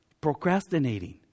procrastinating